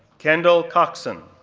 kendyll coxen,